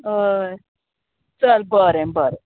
हय चल बरें बरें